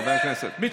תתבייש, תתבייש.